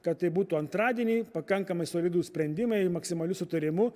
kad tai būtų antradienį pakankamai solidūs sprendimai maksimaliu sutarimu